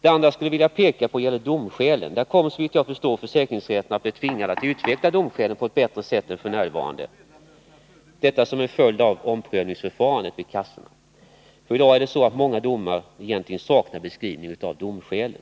Det andra området som jag vill peka på gäller domskälen. Där kommer så vitt jag förstår försäkringsrätterna att bli tvingade att utveckla domskälen på ett bättre sätt än f. n. — detta som en följd av omprövningsförfarandet vid kassorna. I dag är det många domar som saknar egentlig beskrivning av domskälen.